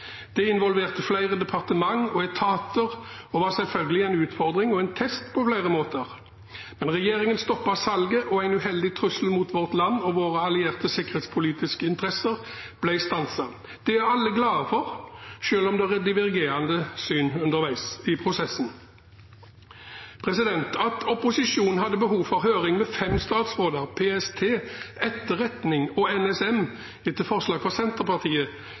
Det involverte flere departementer og etater og var selvfølgelig en utfordring og en test på flere måter. Men regjeringen stoppet salget, og en uheldig trussel mot vårt land og våre allierte sikkerhetspolitiske interesser ble stanset. Det er alle glade for, selv om det var divergerende syn underveis i prosessen. At opposisjonen hadde behov for høring med fem statsråder, PST, Etterretningstjenesten og NSM etter forslag fra Senterpartiet